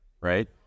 right